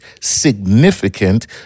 significant